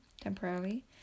temporarily